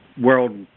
world